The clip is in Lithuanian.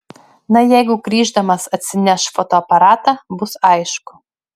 na jeigu grįždamas atsineš fotoaparatą bus aišku